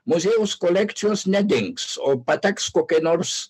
muziejaus kolekcijos nedings o pateks kokiai nors